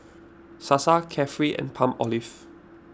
Sasa Carefree and Palmolive